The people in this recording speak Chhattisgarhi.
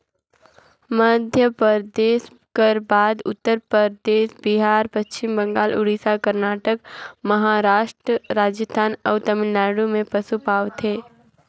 मध्यपरदेस कर बाद उत्तर परदेस, बिहार, पच्छिम बंगाल, उड़ीसा, करनाटक, महारास्ट, राजिस्थान अउ तमिलनाडु में पसु पवाथे